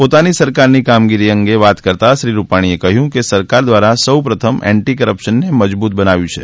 પોતાની સરકારની કામગીરી અંગે વાત કરતાં શ્રી રૂપાણીએ કહ્યું કે સરકાર દ્વારા સૌ પ્રથમ એન્ટિ કરપ્શનને મજબૂત બનાવ્યુ છે